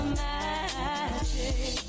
magic